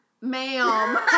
ma'am